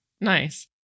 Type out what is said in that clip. Nice